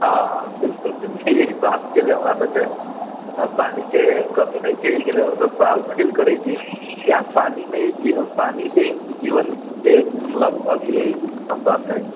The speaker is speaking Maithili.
हँ हँ बिल्कुल बिल्कुल यही बात के लेल हमरासबके पानी के कमी नहि छै एहिके लेल हमसब प्राउड फील करै छी पानी मे ही जीवन पानी से ही जीवन के मतलब अथि है सम्बन्ध है